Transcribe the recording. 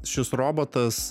šis robotas